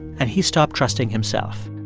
and he stopped trusting himself